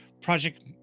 Project